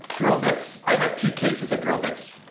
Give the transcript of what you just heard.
drill bits. i have two cases of drill bits.